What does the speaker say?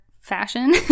fashion